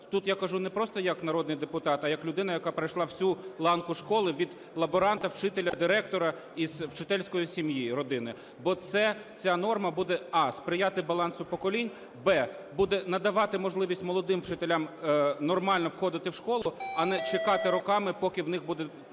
Тут я кажу не просто як народний депутат, а як людина, яка пройшла всю ланку школи: від лаборанта, вчителя, директора із вчительської сім'ї, родини. Бо ця норма буде: а) сприяти балансу поколінь; б) буде надавати можливість молодим вчителям нормально входити в школу, а не чекати роками, поки у них буде